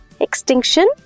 extinction